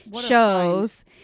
shows